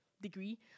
degree